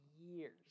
years